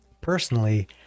Personally